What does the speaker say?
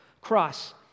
cross